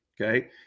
Okay